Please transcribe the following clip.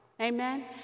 Amen